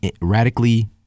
radically